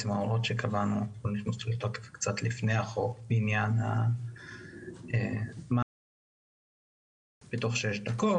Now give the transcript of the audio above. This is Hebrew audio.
ההוראות שקבענו הן קצת לפני החוק בעניין מענה בתוך שש דקות,